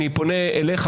אני פונה אליך,